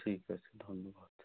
ঠিক আছে ধন্যবাদ